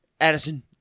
Addison